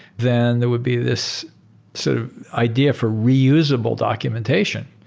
then there would be this sort of idea for reusable documentation.